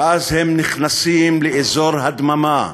ואז הם נכנסים לאזור הדממה,